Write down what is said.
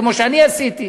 כמו שאני עשיתי.